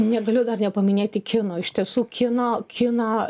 negaliu nepaminėti kino iš tiesų kino kino